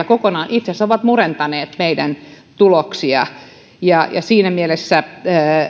kokonaan murentaneet meidän tuloksiamme ja siinä mielessä